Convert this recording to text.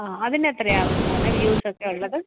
ആ അതിന് എത്രയാകും സാറേ വ്യൂസൊക്കെ ഉള്ളത്